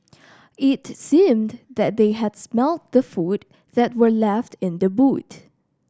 it seemed that they had smelt the food that were left in the boot